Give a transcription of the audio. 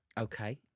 Okay